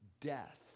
death